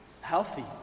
healthy